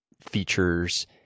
features